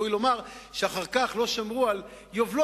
ראוי לומר שאחר כך לא שמרו על יובלות,